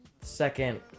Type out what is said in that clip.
second